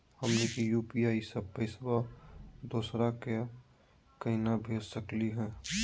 हमनी के यू.पी.आई स पैसवा दोसरा क केना भेज सकली हे?